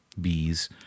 bees